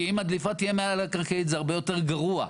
כי אם הדליפה תהיה מעל הקרקעית זה הרבה יותר גרוע.